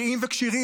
בריאים וכשירים,